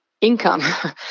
income